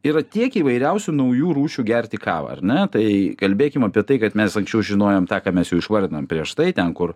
yra tiek įvairiausių naujų rūšių gerti kavą ar ne tai kalbėkim apie tai kad mes anksčiau žinojom tą ką mes išvardinom prieš tai ten kur